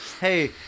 hey